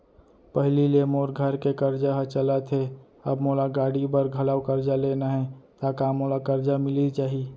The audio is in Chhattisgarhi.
पहिली ले मोर घर के करजा ह चलत हे, अब मोला गाड़ी बर घलव करजा लेना हे ता का मोला करजा मिलिस जाही?